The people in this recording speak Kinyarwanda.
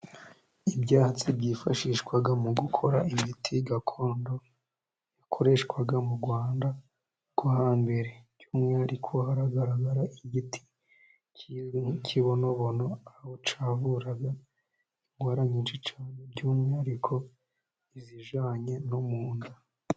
Ibyatsi byifashishwa mu gukora imiti gakondo yakoreshwaga mu Rwanda rwo hambere. By'umwihariko hagaragara igiti cy'ikibonobono, aho cyavuraga indwara nyinshi cyane. By'umwihariko izijanye no mu nda.